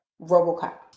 RoboCop